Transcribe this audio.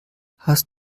hast